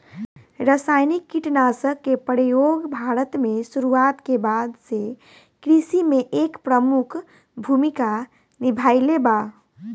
रासायनिक कीटनाशक के प्रयोग भारत में शुरुआत के बाद से कृषि में एक प्रमुख भूमिका निभाइले बा